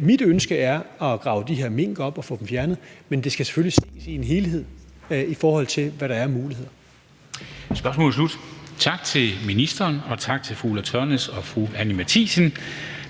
Mit ønske er at få gravet de her mink op og få dem fjernet, men det skal selvfølgelig ses i en helhed, i forhold til hvad der er af muligheder. Kl. 14:17 Formanden (Henrik Dam Kristensen): Spørgsmålet er slut. Tak til ministeren, og tak til fru Ulla Tørnæs og fru Anni Matthiesen.